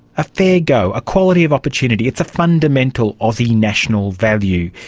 a fair go, equality of opportunity, it's a fundamental aussie national value.